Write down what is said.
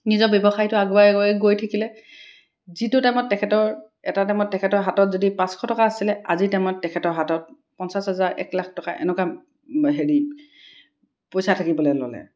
নিজৰ ব্যৱসায়টো আগুৱাই আগুৱাই গৈ থাকিলে যিটো টাইমত তেখেতৰ এটা টাইমত তেখেতৰ হাতত যদি পাঁচশ টকা আছিলে আজি টাইমত তেখেতৰ হাতত পঞ্চাছ হাজাৰ এক লাখ টকা এনেকুৱা হেৰি পইচা থাকিবলৈ ল'লে